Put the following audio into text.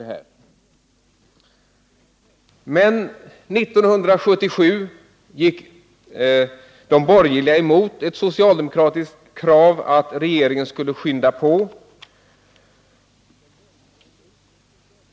Men 1977 gick de borgerliga emot ett socialdemokratiskt krav att regeringen skulle skynda sig.